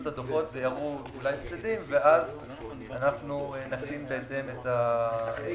את הדוחות ואז אנחנו נתאים בהתאם את העלות,